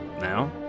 now